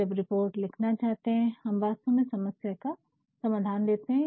जब रिपोर्ट लिखना चाहते है हम वास्तव में समस्या का समाधान देते है